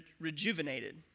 rejuvenated